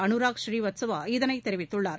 அனுராக் ஸ்ரீவத்சவா இதனைத் தெரிவித்துள்ளார்